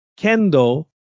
Kendo